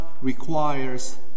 requires